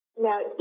Now